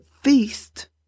feast